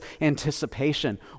anticipation